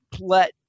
let